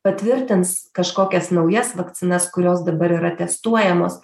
patvirtins kažkokias naujas vakcinas kurios dabar yra testuojamos